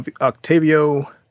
Octavio